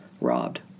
robbed